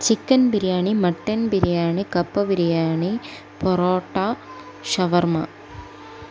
chicken biryani mutton biryani കപ്പ ബിരിയാണി പൊറോട്ട ഷവർമ്മ